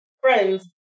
friends